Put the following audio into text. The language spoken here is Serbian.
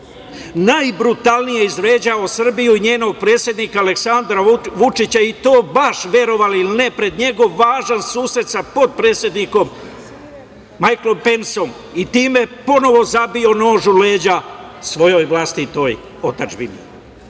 najbrutalnije izvređao Srbiju, njenog predsednika Aleksandra Vučića i to baš, verovali ili ne, pred njegov važan susret sa potpredsednikom Majklom Pensom i time ponovo zabio nož u leđa svojoj vlastitoj otadžbini. Jeremić